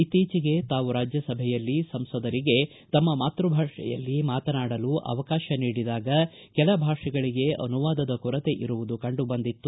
ಇತ್ತೀಚೆಗೆ ತಾವು ರಾಜ್ಯಸಭೆಯಲ್ಲಿ ಸಂಸದರಿಗೆ ತಮ್ಮ ಮಾತೃಭಾಷೆಯಲ್ಲಿ ಮಾತನಾಡಲು ಅವಕಾಶ ನೀಡಿದಾಗ ಕೆಲ ಭಾಷೆಗಳಿಗೆ ಅನುವಾದದ ಕೊರತೆ ಇರುವುದು ಕಂಡು ಬಂದಿತ್ತು